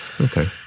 Okay